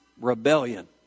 rebellion